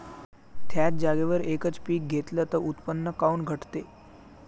थ्याच जागेवर यकच पीक घेतलं त उत्पन्न काऊन घटते?